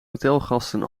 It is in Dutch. hotelgasten